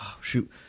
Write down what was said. shoot